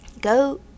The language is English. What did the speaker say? go